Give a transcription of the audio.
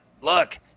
Look